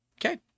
Okay